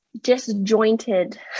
disjointed